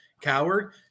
Coward